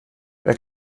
wer